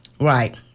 Right